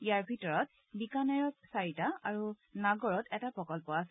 ইয়াৰ ভিতৰত বিকানেৰত চাৰিটা আৰু নাগৰত এটা প্ৰকল্প আছে